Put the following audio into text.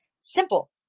simple